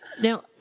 Now